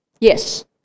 Yes